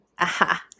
aha